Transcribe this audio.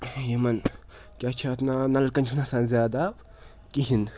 یِمَن کیٛاہ چھِ اَتھ ناو نَلکَن چھُنہٕ آسان زیادٕ آب کِہیٖنۍ